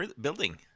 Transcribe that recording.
building